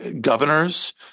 governors